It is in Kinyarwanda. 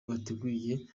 abateguye